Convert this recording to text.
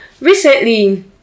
recently